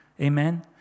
Amen